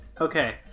Okay